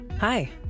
Hi